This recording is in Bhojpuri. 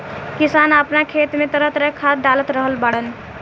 किसान आपना खेत में तरह तरह के खाद डाल रहल बाड़न